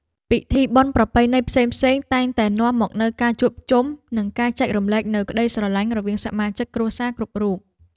ពិធីបុណ្យប្រពៃណីផ្សេងៗតែងតែនាំមកនូវការជួបជុំ និងការចែករំលែកនូវក្ដីស្រឡាញ់រវាងសមាជិកគ្រួសារគ្រប់រូប។